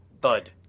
bud